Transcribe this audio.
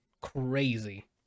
crazy